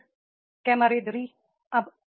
फिर कैमारेडरी अब